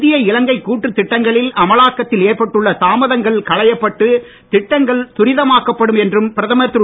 இந்திய இலங்கை கூட்டுத் திட்டங்களில் அமலாக்கத்தில் ஏற்பட்டுள்ள தாமதங்கள் களையப்பட்டு திட்டங்கள் துரிதமாக்கப் படும் என்றும் பிரதமர் திரு